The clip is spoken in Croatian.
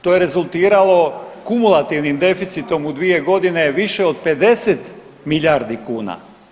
To je rezultiralo kumulativnim deficitom u 2 godine više od 50 milijardi kuna.